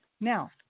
Now